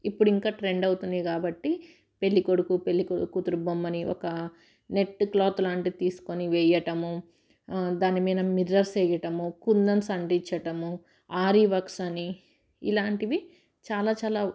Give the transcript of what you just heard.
ఇప్పుడు ఇంకా ట్రెండ్ అవుతుంది కాబట్టి పెళ్ళికొడుకు పెళ్ళి కుతురు బొమ్మని ఒక నెట్ క్లాత్ లాంటివి తీసుకొని వెేయడం దాని మీద మిర్రర్స్ వేయడం కుందన్ అంటిచడం ఆరి వర్క్స్ అని ఇలాంటివి చాలా చాలా